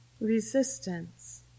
Resistance